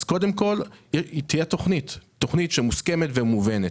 קודם כול, תהיה תוכנית מוסכמת ומובנת.